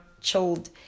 chilled